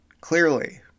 Clearly